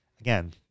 again